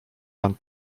pan